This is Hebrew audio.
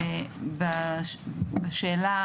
בשאלה,